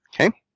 Okay